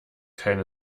kein